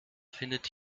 findet